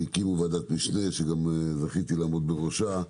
הקימו גם ועדת משנה שזכיתי לעמוד בראשה.